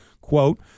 quote